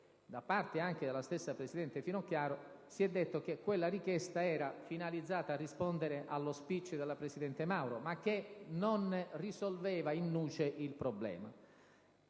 da parte della stessa presidente Finocchiaro, si è detto che quella richiesta era finalizzata a rispondere allo *speech* della presidente Mauro, ma che essa non risolveva *in nuce* il problema.